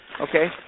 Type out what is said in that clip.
Okay